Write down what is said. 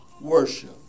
worship